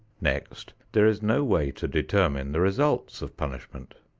next there is no way to determine the results of punishment.